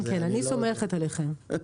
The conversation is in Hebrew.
אני סומכת עליכם.